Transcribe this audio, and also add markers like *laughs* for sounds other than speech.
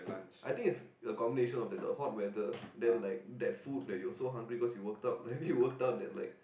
I think it's a combination of the hot weather then like that food that you are so hungry because you worked out maybe *laughs* you worked out that like